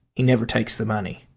he never takes the money.